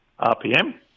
RPM